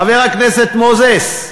חבר הכנסת מוזס,